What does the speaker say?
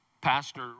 pastor